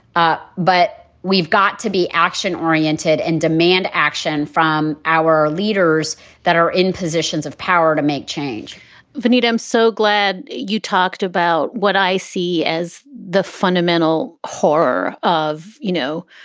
ah but we've got to be action oriented and demand action from our leaders that are in positions of power to make change vernita, i'm so glad you talked about what i see as the fundamental horror of, you know,